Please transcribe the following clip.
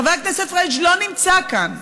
חבר הכנסת פריג' לא נמצא כאן.